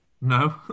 No